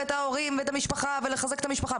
את ההורים ואת המשפחה ולחזק את המשפחה,